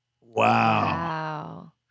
Wow